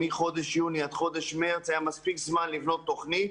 מחודש יוני עד חודש מרץ היה מספיק זמן לבנות תוכנית.